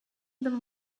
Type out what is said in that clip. them